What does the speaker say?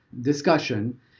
discussion